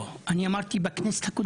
לא, אמרתי בכנסת הקודמת.